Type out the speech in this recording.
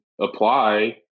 apply